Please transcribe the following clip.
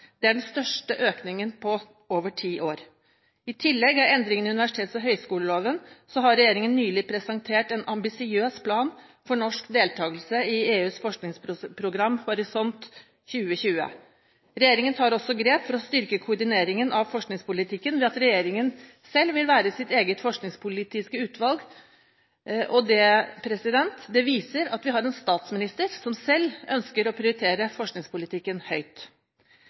Det er den største økningen på over ti år. I tillegg til endringene i universitets- og høyskoleloven har regjeringen nylig presentert en ambisiøs plan for norsk deltakelse i EUs forskningsprogram Horisont 2020. Regjeringen tar også grep for å styrke koordineringen av forskningspolitikken ved at regjeringen selv vil «være sitt eget forskningspolitiske utvalg». Det viser at vi har en statsminister som selv ønsker å prioritere forskningspolitikken høyt.